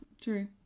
True